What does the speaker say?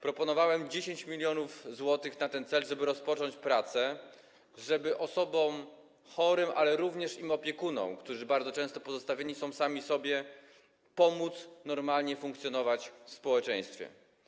Proponowałem 10 mln zł na ten cel, żeby rozpocząć prace, żeby osobom chorym, ale również ich opiekunom, którzy bardzo często pozostawieni są sami sobie, pomóc normalnie funkcjonować w społeczeństwie.